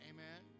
Amen